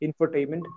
infotainment